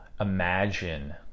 imagine